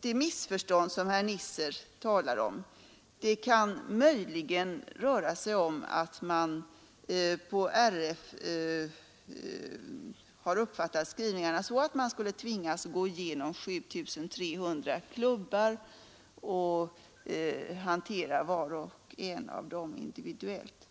Det missförstånd som herr Nisser talar om kan möjligen röra sig om att man på RF har uppfattat skrivningarna så, att man skulle tvingas gå igenom 7 300 klubbar och hantera var och en av dem individuellt.